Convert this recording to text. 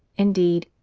indeed,